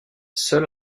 seul